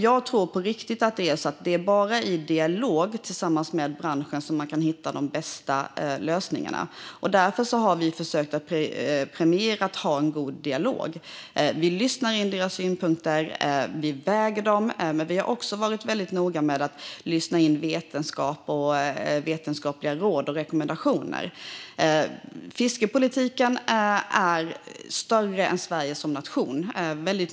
Jag tror på riktigt att det bara är i dialog med branschen man kan hitta de bästa lösningarna. Därför har vi försökt premiera att ha en god dialog. Vi lyssnar in deras synpunkter och väger dem. Men vi har också varit noga med att lyssna in vetenskap, vetenskapliga råd och rekommendationer. Fiskepolitiken är större än Sverige som nation.